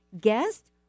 guest